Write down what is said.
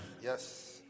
Yes